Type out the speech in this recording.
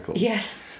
Yes